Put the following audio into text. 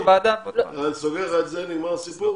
אני סוגר לך את זה, נגמר הסיפור?